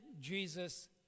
Jesus